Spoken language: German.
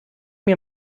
mir